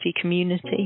community